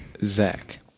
Zach